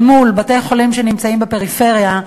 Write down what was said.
אל מול בתי-חולים שנמצאים בפריפריה,